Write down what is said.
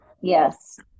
Yes